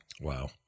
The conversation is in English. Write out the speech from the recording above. Wow